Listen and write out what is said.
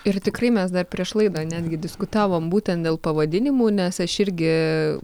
ir tikrai mes dar prieš laidą netgi diskutavom būtent dėl pavadinimų nes aš irgi